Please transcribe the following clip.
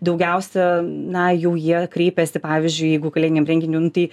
daugiausia na jau jie kreipiasi pavyzdžiui jeigu kalėdiniam renginiui nu tai